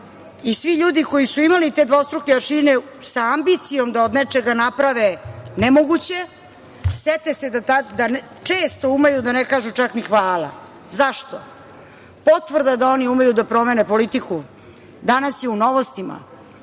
i svi ljudi koji su imali dvostruke aršine, sa ambicijom da od nečega naprave nemoguće, sete se da često umeju da ne kažu čak ni „hvala“.Zašto? Potvrda da oni umeju da promene politiku danas je u „Novostima“.